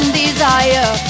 desire